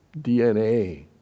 DNA